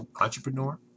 Entrepreneur